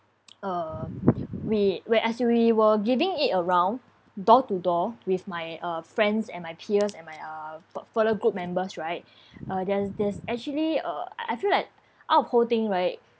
uh we where as we were giving it around door to door with my uh friends and my peers and my uh fellow group members right uh there's this actually uh I feel like out of whole thing right